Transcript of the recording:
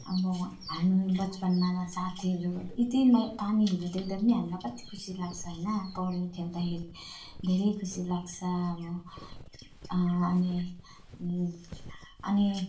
अब हामी बचपनमा साथीरू यतिमै पानीहरू देख्दा पनि हामीलाई कति खुसी लाग्छ होइन पौडी खेल्दाखेरि धेरै खुसी लाग्छ अब अनि अनि